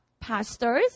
pastors